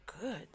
good